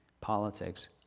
politics